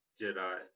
Jedi